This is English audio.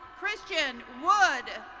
christian wood.